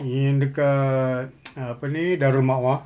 yang dekat apa ni darul ma'wa